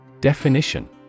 Definition